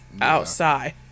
outside